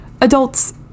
adults